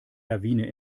lawine